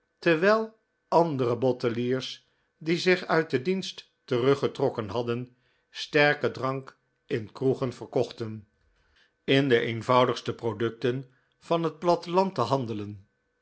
terwijl andere botteliers die zich uit den dienst teruggetrokken hadden sterken drank in kroegen verkochten in de eenvoudigste producten van het platteland te handelen